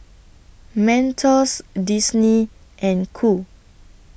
Mentos Disney and Qoo